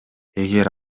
эгер